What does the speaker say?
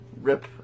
rip